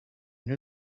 knew